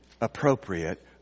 appropriate